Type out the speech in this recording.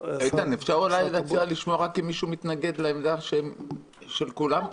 אפשר אולי להציע לשמוע רק אם מישהו מתנגד לעמדה של כולם פה.